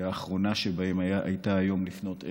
שהאחרונה שבהן הייתה היום לפנות ערב.